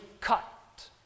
cut